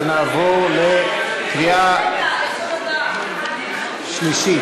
ונעבור לקריאה שלישית.